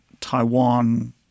Taiwan